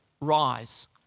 Rise